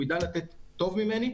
הוא יידע לתת טוב ממני.